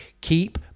Keep